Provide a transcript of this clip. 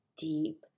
deep